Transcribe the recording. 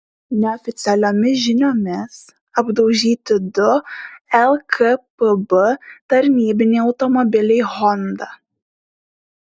neoficialiomis žiniomis apdaužyti du lkpb tarnybiniai automobiliai honda